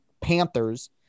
Panthers